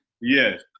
Yes